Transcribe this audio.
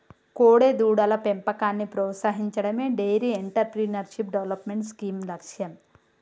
కోడెదూడల పెంపకాన్ని ప్రోత్సహించడమే డెయిరీ ఎంటర్ప్రెన్యూర్షిప్ డెవలప్మెంట్ స్కీమ్ లక్ష్యం